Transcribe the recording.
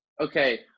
Okay